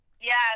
Yes